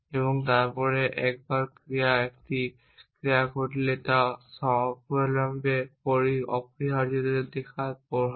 এবং তারপরে একবার একটি ক্রিয়া ঘটলে তা অবিলম্বে অপরিহার্যভাবে দেখা প্রভাব